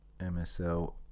msl